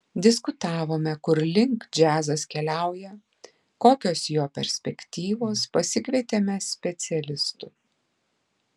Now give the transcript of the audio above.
diskutavome kur link džiazas keliauja kokios jo perspektyvos pasikvietėme specialistų